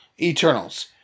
Eternals